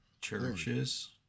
Churches